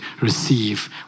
receive